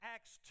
Acts